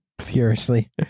Furiously